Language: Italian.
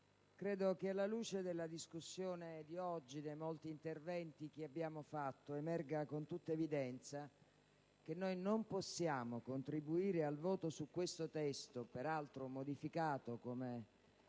credo che, alla luce della discussione odierna e dei molti interventi svolti, emerga con tutta evidenza il fatto che non possiamo contribuire al voto su questo testo, peraltro modificato come